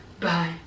Bye